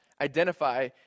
identify